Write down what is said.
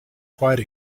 quite